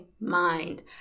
mind